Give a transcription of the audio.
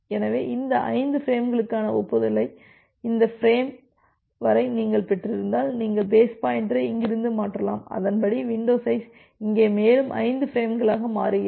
எனவே இந்த 5 பிரேம்களுக்கான ஒப்புதலை இந்த ஃபிரேம் வரை நீங்கள் பெற்றிருந்தால் நீங்கள் பேஸ் பாயின்டரை இங்கிருந்து மாற்றலாம் அதன்படி வின்டோ சைஸ் இங்கே மேலும் 5 பிரேம்களாக மாறுகிறது